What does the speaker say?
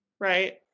right